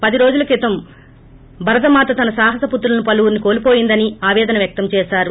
పది రోజుల క్రితం భరతమాత తన సాహస పుత్రులను పలువురుని కోల్స్ యిందని ఆపేదన వ్యక్తం చేసారు